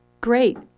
Great